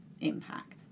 impact